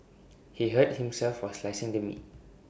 he hurt himself while slicing the meat